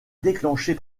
déclenchée